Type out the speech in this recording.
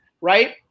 right